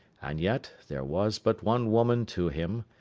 and yet there was but one woman to him,